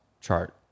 chart